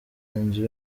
inzu